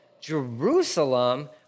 Jerusalem